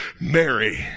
Mary